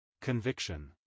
Conviction